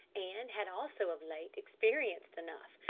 and had also of late experienced enough,